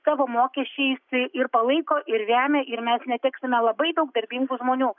savo mokesčiais ir palaiko ir remia ir mes neteksime labai daug darbingų žmonių